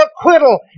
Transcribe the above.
acquittal